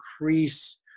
increase